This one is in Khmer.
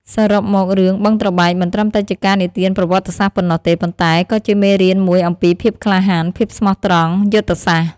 សរុបមក រឿង "បឹងត្របែក" មិនត្រឹមតែជាការនិទានប្រវត្តិសាស្ត្រប៉ុណ្ណោះទេ ប៉ុន្តែក៏ជាមេរៀនមួយអំពីភាពក្លាហាន ភាពស្មោះត្រង់ យុទ្ធសាស្ត្រ។